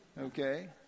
Okay